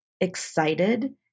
excited